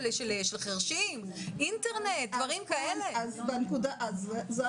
זה רק מעיד, דרך אגב, שחלק גדול